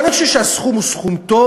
אבל אני חושב שהסכום הוא סכום טוב,